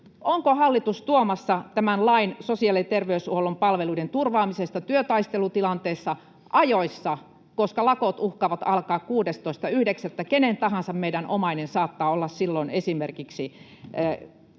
Onko hallitus tuomassa tämän lain sosiaali- ja terveyshuollon palveluiden turvaamisesta työtaistelutilanteessa ajoissa, koska lakot uhkaavat alkaa 16.9.? Esimerkiksi kenen tahansa meistä omainen saattaa olla silloin hoidon